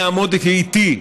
יעמוד איתי,